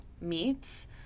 meets